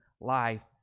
life